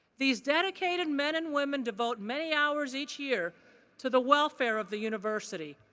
these dedicated men and women devote many hours each year to the welfare of the university.